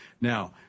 Now